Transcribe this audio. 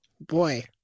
boy